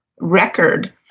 record